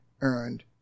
earned